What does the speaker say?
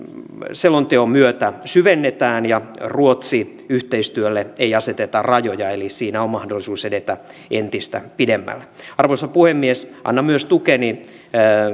selonteon myötä syvennetään ja ruotsi yhteistyölle ei aseteta rajoja eli siinä on mahdollisuus edetä entistä pidemmälle arvoisa puhemies annan myös tukeni